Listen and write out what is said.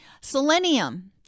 Selenium